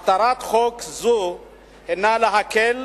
מטרת חוק זה הינה להקל